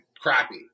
crappy